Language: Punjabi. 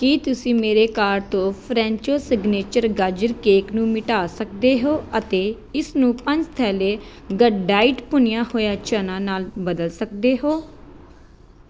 ਕੀ ਤੁਸੀਂ ਮੇਰੇ ਕਾਰਟ ਤੋਂ ਫਰੈਂਚੋ ਸਿਗਨੇਚਰ ਗਾਜਰ ਕੇਕ ਨੂੰ ਮਿਟਾ ਸਕਦੇ ਹੋ ਅਤੇ ਇਸਨੂੰ ਪੰਜ ਥੈਲੈ ਗੱਡਡਾਇਟ ਭੁੰਨਿਆ ਹੋਇਆ ਚਨਾ ਨਾਲ ਬਦਲ ਸਕਦੇ ਹੋ